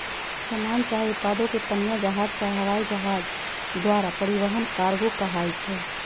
समान चाहे उत्पादों के पनीया जहाज चाहे हवाइ जहाज द्वारा परिवहन कार्गो कहाई छइ